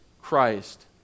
Christ